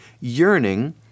Yearning